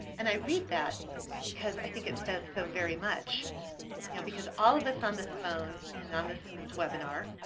and i read that because i think it says so very much you know because all of us on this phone and on this and this webinar,